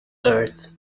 earth